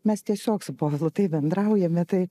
mes tiesiog su povilu taip bendraujame tai